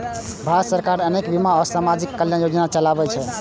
भारत सरकार अनेक बीमा आ सामाजिक कल्याण योजना चलाबै छै